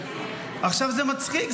עכשיו זה מצחיק.